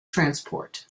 transport